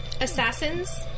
Assassins